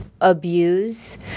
abuse